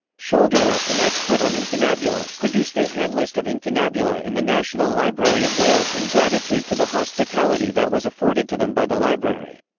scholderer, an expert on incunabula, produced a handlist of incunabula in the national library of wales in gratitude to the hospitality that was afforded to them by the library.